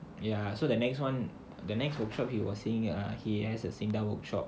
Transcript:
ya so the next one the next workshop he was saying ah he has a SINDA workshop